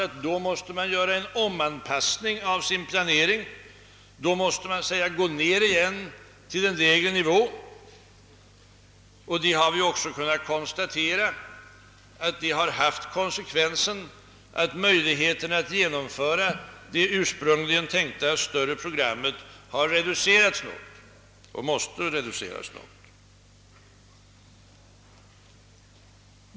Givetvis måste man då göra en omdisponering av sin planering efter det rådande läget och gå ned till en lägre nivå. Vi har också kunnat konstatera att det ursprungligen tänkta större programmet har måst reduceras.